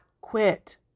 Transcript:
quit